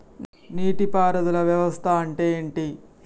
నీటి పారుదల వ్యవస్థ అంటే ఏంటి?